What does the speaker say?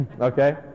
Okay